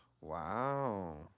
Wow